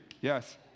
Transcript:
Yes